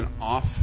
off